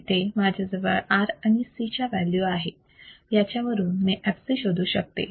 इथे माझ्याजवळ R आणि C च्या व्हॅल्यू आहेत याच्यावरून मी fc शोधू शकते